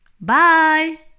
Bye